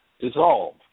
dissolve